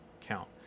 count